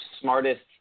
smartest